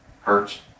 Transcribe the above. hurts